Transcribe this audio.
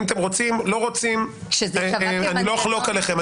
אם אתם רוצים או לא רוצים, אני לא אחלוק עליכם.